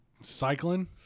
cycling